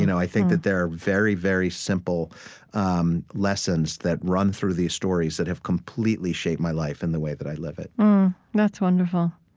you know i think that there are very, very simple um lessons that run through these stories that have completely shaped my life and the way that i live it that's wonderful.